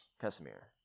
Casimir